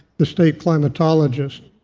the state climatologist.